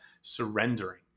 surrendering